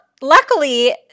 luckily